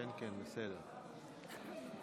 שאת מתחילה כדי לא לקחת לך אפילו שנייה.